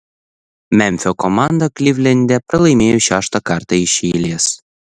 memfio komanda klivlende pralaimėjo šeštą kartą iš eilės